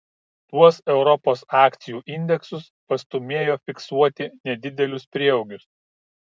tuos europos akcijų indeksus pastūmėjo fiksuoti nedidelius prieaugius